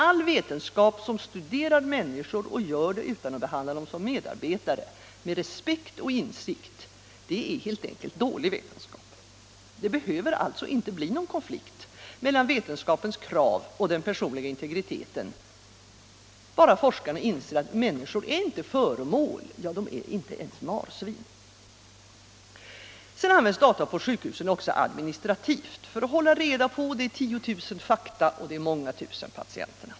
All vetenskap som studerar människor och gör det utan att behandla dem som medarbetare, med respekt och insikt, är dålig vetenskap. Det behöver alltså inte bli någon konflikt mellan vetenskapens krav och den personliga integriteten — bara forskarna inser att människor inte är föremål, inte ens marsvin. Men data på sjukhusen används ju också administrativt, för att hålla reda på de tiotusen fakta och de många tusen patienterna.